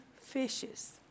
fishes